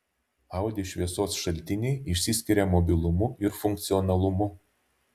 audi šviesos šaltiniai išsiskiria mobilumu ir funkcionalumu